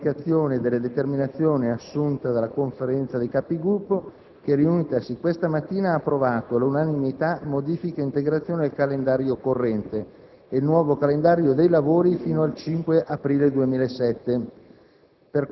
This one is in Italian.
comunicazione delle determinazioni assunte dalla Conferenza dei Capigruppo che, riunitasi questa mattina, ha approvato all'unanimità modifiche e integrazioni al calendario corrente e il nuovo calendario dei lavori fino al 5 aprile 2007.